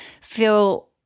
feel